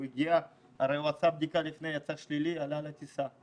הוא הרי עשה בדיקה לפני ויצא שלילי ועלה טיסה.